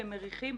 נילי.